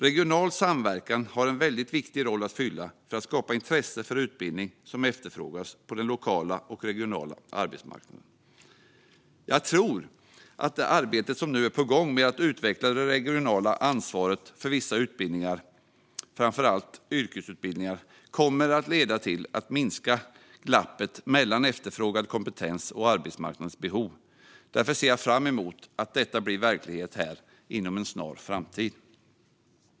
Regional samverkan har en väldigt viktig roll att fylla för att skapa intresse för utbildning som efterfrågas på den lokala och regionala arbetsmarknaden. Jag tror att det arbete som nu är på gång med att utveckla det regionala ansvaret för vissa utbildningar, framför allt yrkesutbildningar, kommer att leda till att glappet minskar mellan efterfrågad kompetens och arbetsmarknadens behov. Därför ser jag fram emot att detta blir verklighet inom en snar framtid.